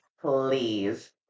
please